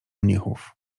mnichów